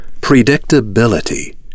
predictability